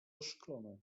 oszklone